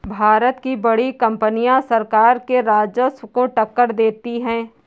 भारत की बड़ी कंपनियां सरकार के राजस्व को टक्कर देती हैं